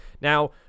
Now